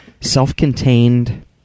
self-contained